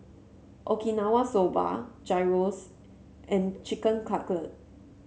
Okinawa Soba Gyros and Chicken